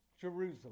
Jerusalem